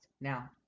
Now